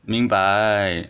明白